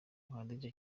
muhadjiri